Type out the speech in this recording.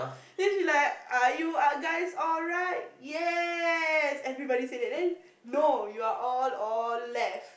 then she like are you are guys alright yes everybody say that then no you are all all left